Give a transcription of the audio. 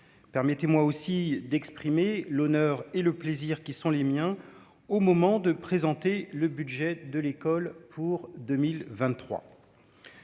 permettez-moi aussi d'exprimer l'honneur et le plaisir qui sont les miens au moment de présenter le budget de l'école pour 2023,